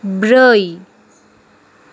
ब्रै